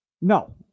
no